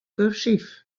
kursyf